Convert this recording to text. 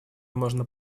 можно